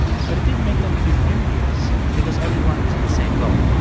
but it didn't make them feel envious because everyone was in the same boat.